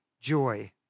joy